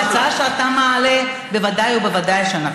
בהצעה שאתה מעלה בוודאי ובוודאי אנחנו נתמוך.